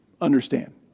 understand